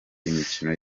imikono